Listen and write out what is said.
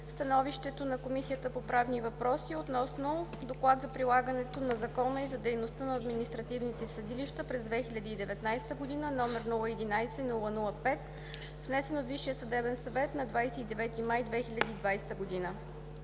юни 2020 г., Комисията по правни въпроси обсъди Доклад за прилагането на закона и за дейността на административните съдилища през 2019 г., № 011-00-5, внесен от Висшия съдебен съвет на 29 май 2020 г.